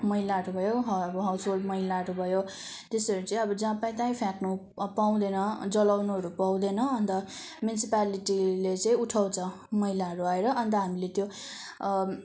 मैलाहरू भयो अब हाउसोहल्ड मैलाहरू भयो त्यस्तोहरू चाहिँ अब जहाँ पायो त्यहीँ फ्याँक्नु पाउँदैन जलाउनुहरू पाउँदैन अन्त म्युनिसिपालिटीले चाहिँ उठाउँछ मैलाहरू आएर अन्त हामीले त्यो